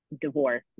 divorce